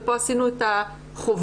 פה עשינו את החובה,